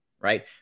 right